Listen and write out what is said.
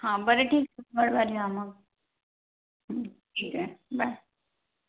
हां बरं ठीक मंगळवारी या मग ठीक आहे बाय